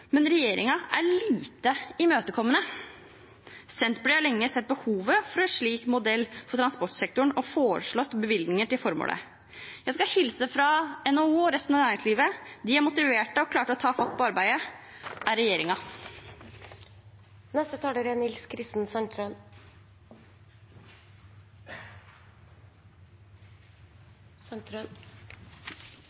men regjeringen er lite imøtekommende. Senterpartiet har lenge sett behovet for en slik modell for transportsektoren og har foreslått bevilgninger til formålet. Jeg skal hilse fra NHO og resten av næringslivet. De er motiverte og klare til å ta fatt på arbeidet – er